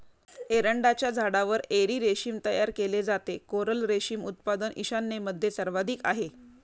एरंडाच्या झाडावर एरी रेशीम तयार केले जाते, कोरल रेशीम उत्पादन ईशान्येमध्ये सर्वाधिक आहे